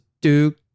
Duke